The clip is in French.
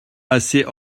assez